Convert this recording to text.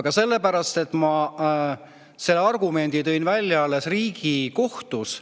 Aga sellepärast, et ma selle argumendi tõin välja alles Riigikohtus.